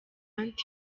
hunt